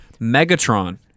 Megatron